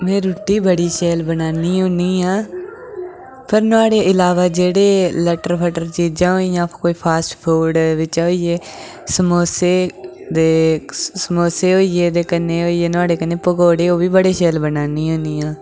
में रुट्टी बडी शैल बनान्नी होन्नी आं पर नुआढ़े अलावा जेह्डे़ लटर फटर चीजां होई गेइयां कोई फास्ट फूड होई गे समोसे दे समोसे होई गे ते कन्नै होई गेआ नुहाढ़े कन्नै पकोडे़ ओह् बी बडे शैल बनान्नी होन्नी